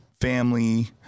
family